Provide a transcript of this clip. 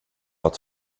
att